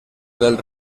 del